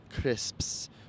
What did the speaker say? crisps